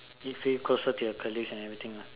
it feels closer to your colleague and everything lah